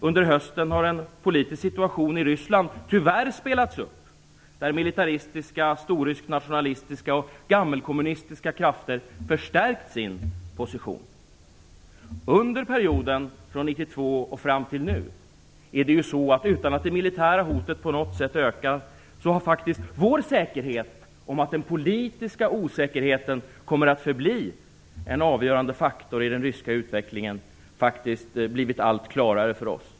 Under hösten har en politisk situation i Ryssland tyvärr spelats upp, där militäristiska, storrysknationalistiska och gammelkommunistiska krafter förstärkt sin position. Under perioden från 1992 och fram till nu har faktiskt vår säkerhet, utan att det militära hotet på något sätt ökat, om att den politiska osäkerheten kommer att förbli en avgörande faktor i den ryska utvecklingen blivit allt klarare för oss.